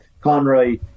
Conroy